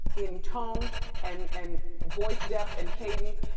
in tone and and voice depth and cadence.